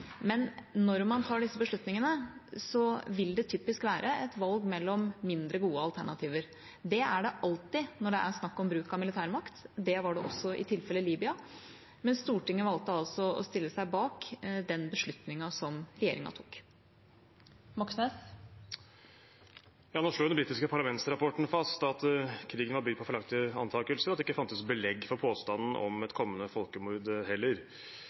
Men når man tar disse beslutningene, vil det typisk være et valg mellom mindre gode alternativer. Det er det alltid når det er snakk om bruk av militærmakt, og det var det også i tilfellet Libya. Men Stortinget valgte altså å stille seg bak den beslutningen som regjeringa tok. Nå slår jo den britiske parlamentsrapporten fast at krigen var bygd på feilaktige antakelser, og at det heller ikke fantes belegg for påstanden om et kommende folkemord.